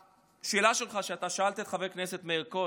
לשאלה שלך ששאלת את חבר הכנסת מאיר כהן,